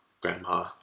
grandma